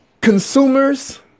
consumers